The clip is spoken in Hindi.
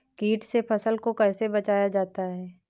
कीट से फसल को कैसे बचाया जाता हैं?